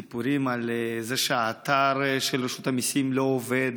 סיפורים על זה שהאתר של רשות המיסים לא עובד,